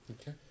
Okay